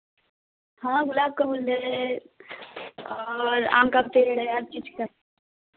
हाँ गुलाब का फूल है और आम का पेड़ है हर चीज़ का